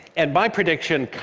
and my prediction,